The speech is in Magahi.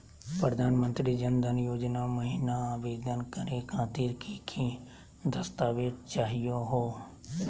प्रधानमंत्री जन धन योजना महिना आवेदन करे खातीर कि कि दस्तावेज चाहीयो हो?